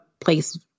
place